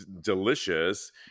delicious